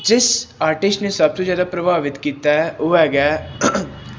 ਜਿਸ ਆਰਟਿਸਟ ਨੇ ਸਭ ਤੋਂ ਜ਼ਿਆਦਾ ਪ੍ਰਭਾਵਿਤ ਕੀਤਾ ਉਹ ਹੈਗਾ